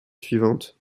suivantes